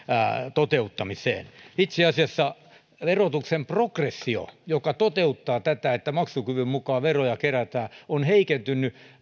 toteuttamiseen itse asiassa verotuksen progressio joka toteuttaa tätä että maksukyvyn mukaan veroja kerätään on heikentynyt